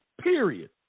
Period